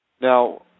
Now